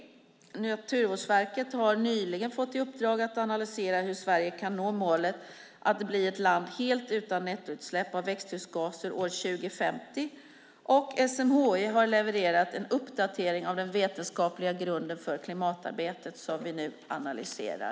Naturvårdsverket har nyligen fått i uppdrag att analysera hur Sverige kan nå målet att bli ett land helt utan nettoutsläpp av växthusgaser år 2050, och SMHI har levererat en uppdatering av den vetenskapliga grunden för klimatarbetet, som vi nu analyserar.